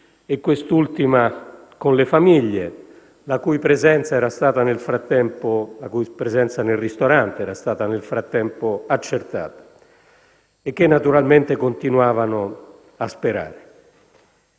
e quest'ultima con le famiglie, la cui presenza nel ristorante era stata nel frattempo accertata e che, naturalmente, continuavano a sperare.